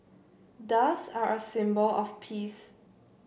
doves are a symbol of peace